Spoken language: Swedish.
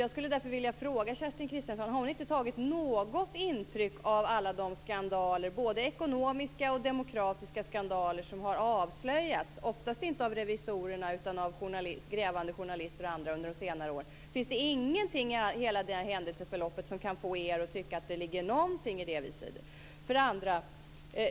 Jag skulle därför vilja fråga Kerstin Kristiansson om hon inte har tagit något intryck av alla de skandaler, både ekonomiska och demokratiska, som har avslöjats, oftast inte av revisorerna utan av grävande journalister och andra under de senare åren. Finns det ingenting i hela det händelseförloppet som kan få er att tycka att det ligger någonting i det vi säger?